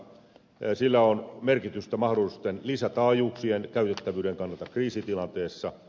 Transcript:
sillä on merkitystä mahdollisten lisätaajuuksien käytettävyyden kannalta kriisitilanteessa